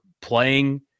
playing